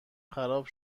خراب